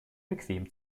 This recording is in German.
bequem